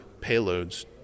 payloads